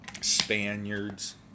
Spaniards